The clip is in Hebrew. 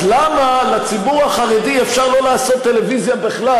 אז למה לציבור החרדי אפשר לא לעשות טלוויזיה בכלל,